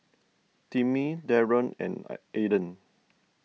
Timmie Daron and Ayden